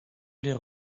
les